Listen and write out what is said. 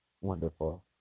wonderful